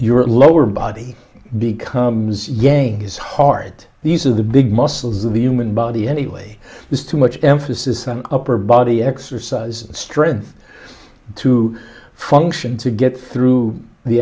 your lower body becomes yang is hard these are the big muscles of the human body anyway there's too much emphasis on upper body exercise strength to function to get through the